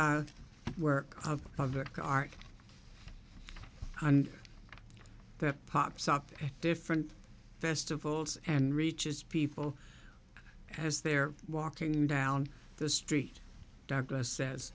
boba work of public art and that pops up different festivals and reaches people as they're walking down the street douglas says